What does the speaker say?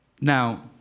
Now